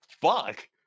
Fuck